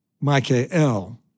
Michael